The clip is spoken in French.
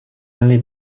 années